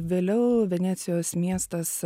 vėliau venecijos miestas